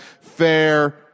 fair